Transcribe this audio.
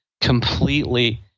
Completely